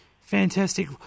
Fantastic